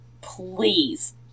please